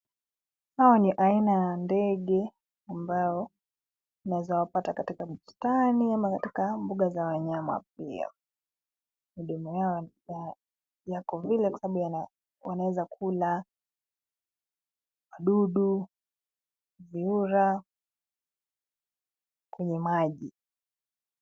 Hawa ni aina ya ndege ambao unaweza wapata katika bustani au katika mbuga za wanyama pia. Midomo yao yako vile kwa sababu wanaweza kula dudu, vyura kwenye maji.